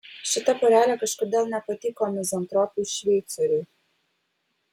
šita porelė kažkodėl nepatiko mizantropui šveicoriui